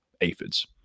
aphids